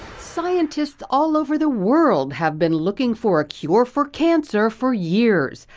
scientists all over the world have been looking for a cure for cancer for years,